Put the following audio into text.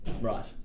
Right